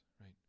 right